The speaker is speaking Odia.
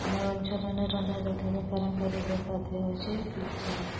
ଆମର ଅଞ୍ଚଲନେ ରନ୍ଧା ଯାଉଥିବା ପାରମ୍ପାରିକ ଖାଦ୍ୟ ହଉଛେ ପିଠା